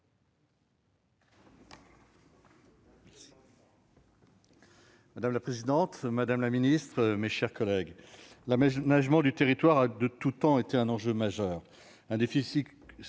Madame la présidente, madame la ministre, mes chers collègues, l'aménagement du territoire a de tout temps été un enjeu majeur.